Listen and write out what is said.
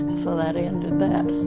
so that ended that.